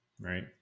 right